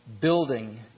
building